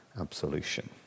absolution